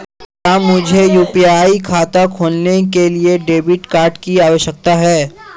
क्या मुझे यू.पी.आई खाता खोलने के लिए डेबिट कार्ड की आवश्यकता है?